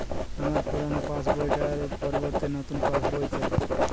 আমার পুরানো পাশ বই টার পরিবর্তে নতুন পাশ বই চাই